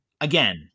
again